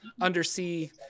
undersea